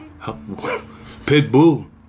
Pitbull